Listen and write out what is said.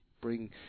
bring